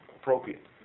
appropriate